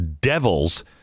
devils